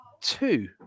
two